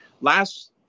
last